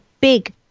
big